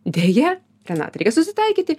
deja renata reikia susitaikyti